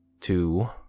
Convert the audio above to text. Two